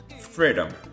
Freedom